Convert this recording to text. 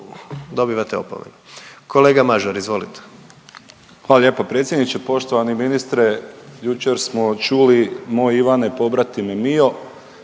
dobivate opomenu. Kolega Mažar izvolite. **Mažar, Nikola (HDZ)** Hvala lijepo predsjedniče. Poštovani ministre, jučer smo čuli moj Ivane pobratime mio,